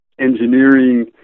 engineering